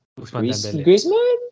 Griezmann